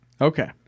Okay